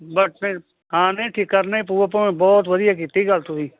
ਬਸ ਫਿਰ ਹਾਂ ਨਹੀਂ ਠੀਕ ਕਰਨਾ ਹੀ ਪਊ ਬਹੁਤ ਵਧੀਆ ਕੀਤੀ ਗੱਲ ਤੁਸੀਂ